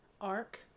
arc